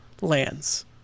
lands